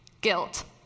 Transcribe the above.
guilt